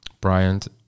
Bryant